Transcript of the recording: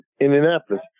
Indianapolis